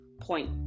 point